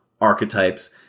archetypes